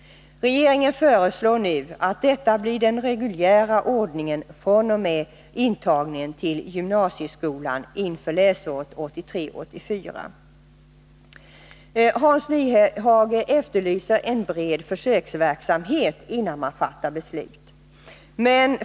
Regeringen föreslår nu att detta blir den reguljära ordningen fr.o.m. intagningen till gymnasieskolan inför läsåret 1983/84. Hans Nyhage efterlyste en bred försöksverksamhet innan man fattade beslut.